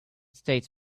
states